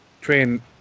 train